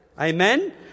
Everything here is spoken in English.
Amen